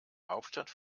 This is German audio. hauptstadt